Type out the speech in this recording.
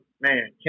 man